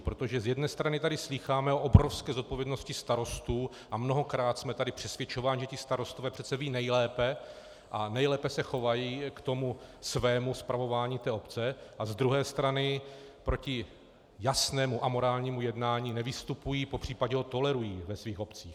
Protože z jedné strany tady slýcháme o obrovské zodpovědnosti starostů a mnohokrát jsme tady přesvědčováni, že ti starostové přece vědí nejlépe a nejlépe se chovají ke svému spravování té obce, a z druhé strany proti jasnému amorálnímu jednání nevystupují, popř. ho tolerují ve svých obcích.